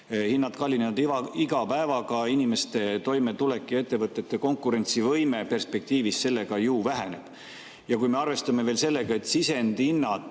Hinnad kallinevad iga päevaga, inimeste toimetulek ja ettevõtete konkurentsivõime perspektiivis sellega ju väheneb. Ja kui me arvestame veel sellega, et sisendite hinnad